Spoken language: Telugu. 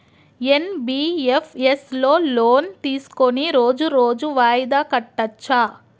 ఎన్.బి.ఎఫ్.ఎస్ లో లోన్ తీస్కొని రోజు రోజు వాయిదా కట్టచ్ఛా?